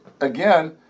again